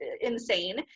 insane